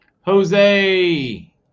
Jose